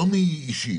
לא מי אישית,